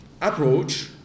approach